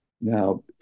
Now